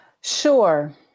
Sure